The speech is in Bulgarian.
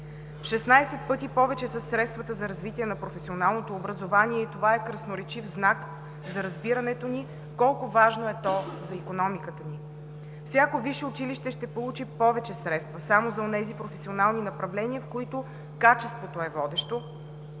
пъти повече са средствата за развитие на професионалното образование и това е красноречив знак за разбирането ни колко е важно то за икономиката ни; - всяко висше училище ще получи повече средства само за онези професионални направления, в които качеството е водещо,